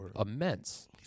immense